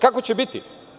Kako će biti?